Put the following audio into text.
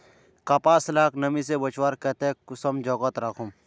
कपास लाक नमी से बचवार केते कुंसम जोगोत राखुम?